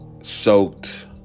soaked